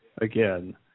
again